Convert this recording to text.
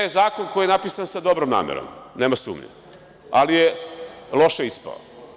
Ovaj zakon je napisan sa dobrom namerom, nema sumnje, ali je loše ispao.